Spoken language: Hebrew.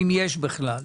אם יש בכלל.